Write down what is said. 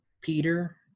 Peter